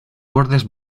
bordes